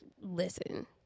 listen